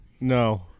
No